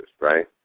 right